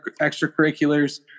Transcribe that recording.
extracurriculars